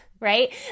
right